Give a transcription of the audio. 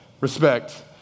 respect